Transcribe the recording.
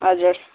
हजुर